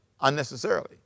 unnecessarily